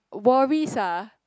worries ah